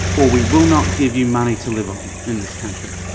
or we will not give you money to live on in this country.